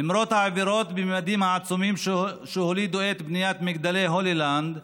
למרות העבירות בממדים העצומים שהולידו את בניית מגדלי הולילנד,